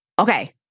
Okay